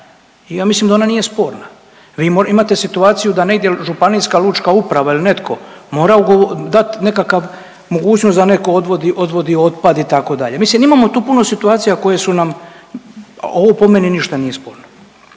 ja mislim da ona nije sporna. Vi imate situaciju da negdje Županijska lučka uprava ili netko mora ugovo…, dat nekakav mogućnost da neko odvodi, odvodi otpad itd., mislim imamo tu puno situacija koje su nam, a ovo po meni ništa nije sporno